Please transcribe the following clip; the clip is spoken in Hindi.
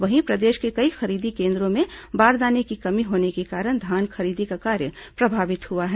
वहीं प्रदेश के कई खरीदी केन्द्रों में बारदाने की कमी होने के कारण धान खरीदी का कार्य प्रभावित हुआ है